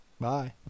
Bye